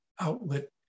outlet